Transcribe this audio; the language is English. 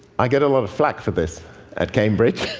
i get a lot of flak for this at cambridge.